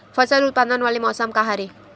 फसल उत्पादन वाले मौसम का हरे?